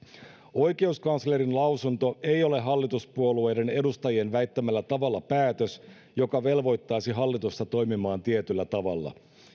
oikeuskanslerin lausunto ei ole hallituspuolueiden edustajien väittämällä tavalla päätös joka velvoittaisi hallitusta toimimaan tietyllä tavalla